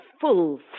full